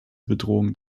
bedrohungen